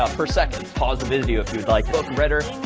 ah per second. pause the vizio if you'd like book redder.